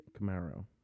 Camaro